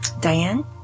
Diane